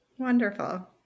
Wonderful